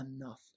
enough